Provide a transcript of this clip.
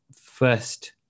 first